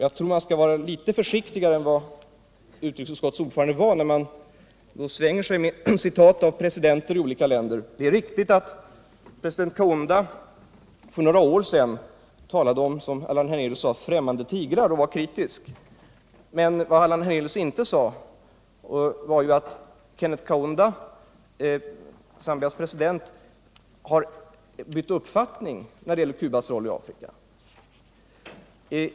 Jag tror att man skall vara litet försiktigare än vad utskottets ordförande var när man svänger sig med citat av vad presidenter i olika länder har yttrat. Det är riktigt att Zambias president Kenneth Kaunda för några år sedan — som Allan Hernelius framhöll — kritiskt talade om ”främmande tigrar”. Men vad Allan Hernelius inte nämnde var att Kenneth Kaunda har bytt uppfattning när det gäller Cubas roll i Afrika.